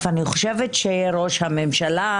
אני חושבת שראש הממשלה,